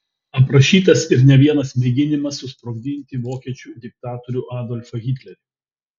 aprašytas ir ne vienas mėginimas susprogdinti vokiečių diktatorių adolfą hitlerį